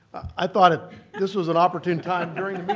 i thought ah this was an opportune time during the but